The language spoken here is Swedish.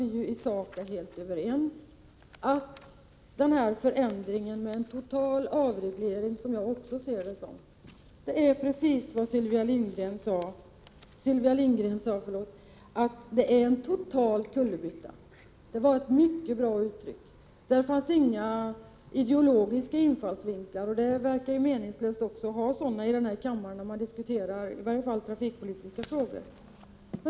Vi är ju i sak helt överens om att denna förändring innebär en total avreglering. Det är, som Sylvia Lindgren sade, en total kullerbytta — det var ett mycket bra uttryck. Men det verkar ju meningslöst att använda ideologiska infallsvinklar i den här kammaren, i varje fall när man diskuterar trafikpolitiska frågor.